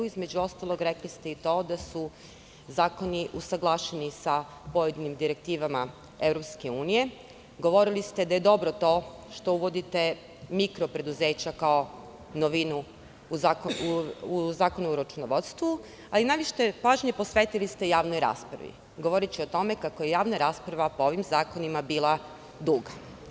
Između ostalog, rekli ste i to da su zakoni usaglašeni sa pojedinim direktivama EU, da je dobro to što uvodite mikro preduzeća kao novinu u zakonu o računovodstvu, a malo pažnje posvetili ste javnoj raspravi, govoreći o tome kako je javna rasprava po ovim zakonima bila duga.